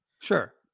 sure